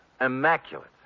Immaculate